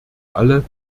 alle